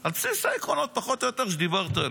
על בסיס העקרונות שדיברת עליהם,